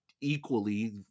equally